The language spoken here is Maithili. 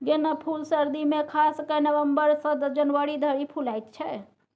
गेना फुल सर्दी मे खास कए नबंबर सँ जनवरी धरि फुलाएत छै